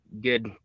good